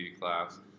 class